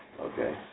okay